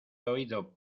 oído